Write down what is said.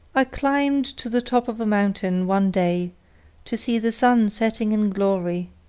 i climbed to the top of a mountain one day to see the sun setting in glory,